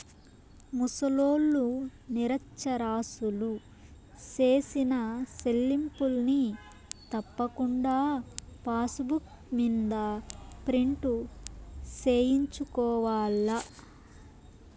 ముసలోల్లు, నిరచ్చరాసులు సేసిన సెల్లింపుల్ని తప్పకుండా పాసుబుక్ మింద ప్రింటు సేయించుకోవాల్ల